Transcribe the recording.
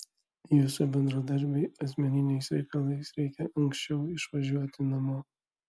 jūsų bendradarbiui asmeniniais reikalais reikia anksčiau išvažiuoti namo